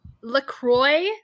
LaCroix